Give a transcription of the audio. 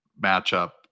matchup